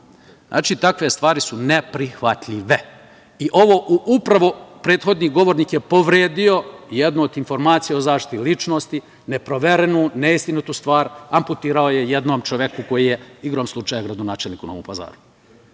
Znači, takve stvari su neprihvatljive. Upravo, prethodni govornik je povredio jednu od informacija o zaštiti ličnosti, neproverenu, neistinitu stvar, amputirao je jednom čoveku koji je igrom slučaja gradonačelnik u Novom Pazaru.